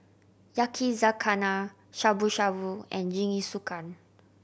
Yakizakana Shabu Shabu and Jingisukan